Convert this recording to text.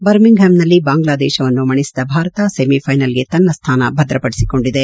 ಬರ್ಮಿಂಗ್ಹಮ್ನಲ್ಲಿ ಬಾಂಗ್ಲಾದೇಶವನ್ನು ಮಣಿಸಿದ ಭಾರತ ಸೆಮಿಫೈನಲ್ಗೆ ತನ್ನ ಸ್ಣಾನ ಭದ್ರಪಡಿಸಿಕೊಂಡಿದೆ